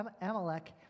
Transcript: Amalek